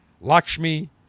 Lakshmi